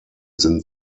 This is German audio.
sind